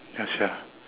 ya sia